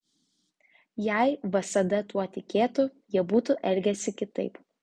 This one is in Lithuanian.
jei vsd tuo tikėtų jie būtų elgęsi kitaip